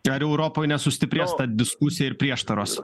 ar europoj nesustiprės ta diskusija ir prieštaros